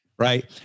Right